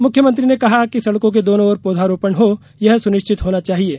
मुख्यमंत्री ने कहा कि सड़कों के दोनों और पौधारोपण हो यह सुनिश्चित होना चाहिये